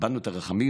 איבדנו את הרחמים?